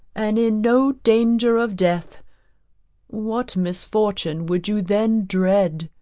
and in no danger of death what misfortune would you then dread?